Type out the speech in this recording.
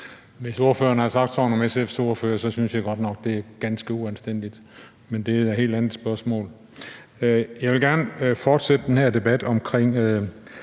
Hvis ordføreren har sagt sådan om SF's ordfører, synes jeg godt nok, det er ganske uanstændigt. Men det er et helt andet spørgsmål. Jeg vil gerne fortsætte den her debat.